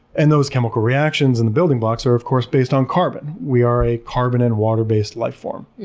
and those chemical reactions and the building blocks are of course based on carbon. we are a carbon and water-based life form.